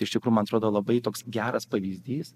iš tikrųjų atrodo labai toks geras pavyzdys